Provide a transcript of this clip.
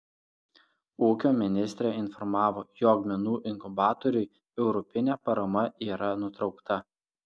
ūkio ministrė informavo jog menų inkubatoriui europinė parama yra nutraukta